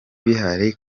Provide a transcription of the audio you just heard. bihari